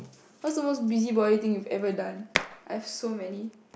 what's the most busybody thing you've ever done I have so many